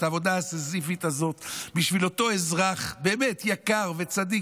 העבודה הסיזיפית הזו בשביל אותו אזרח באמת יקר וצדיק,